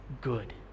good